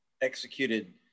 executed